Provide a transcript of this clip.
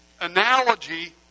analogy